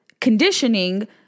Conditioning